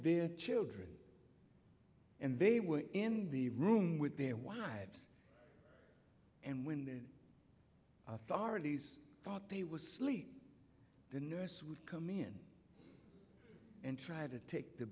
their children and they were in the room with their wives and when the authorities thought they would sleep the nurse would come in and try to take the